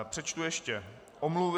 Přečtu ještě omluvy.